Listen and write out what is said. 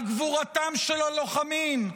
על גבורתם של הלוחמים,